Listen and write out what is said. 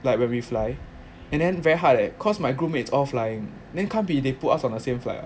like when we fly and then very hard eh cause my groupmates all flying then can't be they put us on the same flight [what]